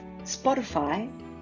Spotify